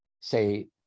say